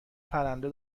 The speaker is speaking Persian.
پرنده